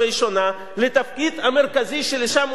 על התפקיד המרכזי שלשמו הוא נשלח,